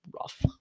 rough